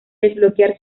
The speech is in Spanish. desbloquear